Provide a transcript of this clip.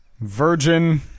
virgin